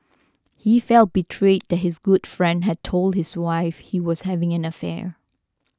he felt betrayed that his good friend had told his wife he was having an affair